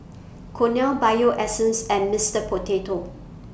Cornell Bio Essence and Mister Potato